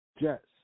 Jets